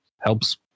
helps